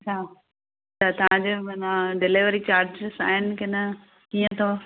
अच्छा त तव्हां जे माना डिलेवरी चार्जिस आहिनि की न कीअं अथव